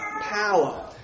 power